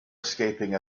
escaping